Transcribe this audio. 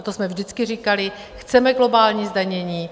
To jsme vždycky říkali, chceme globální zdanění.